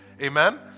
Amen